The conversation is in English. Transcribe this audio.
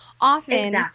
Often